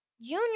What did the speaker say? Junior